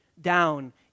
down